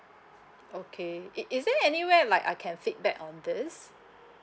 okay it is there anywhere like I can feedback on this